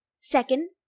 Second